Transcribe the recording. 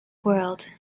world